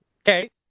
Okay